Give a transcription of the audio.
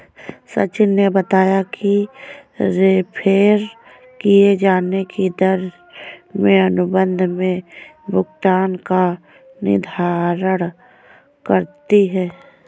सचिन ने बताया कि रेफेर किये जाने की दर में अनुबंध में भुगतान का निर्धारण करती है